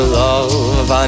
love